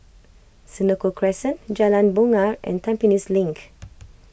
Senoko Crescent Jalan Bungar and Tampines Link